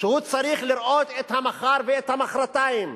שהוא צריך לראות את המחר ואת המחרתיים,